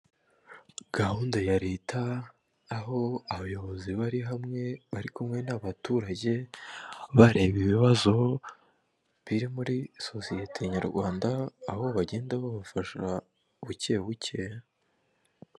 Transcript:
Gahunda ya leta, aho abayobozi bari hamwe bari kumwe n'abaturage. Bareba ibibazo biri muri sosiyete Nyarwanda, aho bagenda babafasha buke buke.